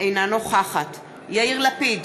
אינה נוכחת יאיר לפיד,